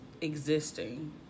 existing